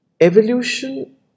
Evolution